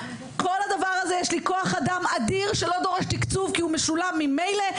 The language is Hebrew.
כל הדבר הזה יש לי כוח אדם אדיר שלא דורש תקצוב כי הוא משולם ממילא,